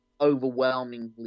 overwhelmingly